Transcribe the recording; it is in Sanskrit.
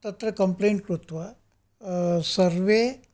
तत्र क्मप्लेण्ट् कृत्वा सर्वे